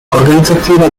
organizzativa